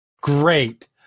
Great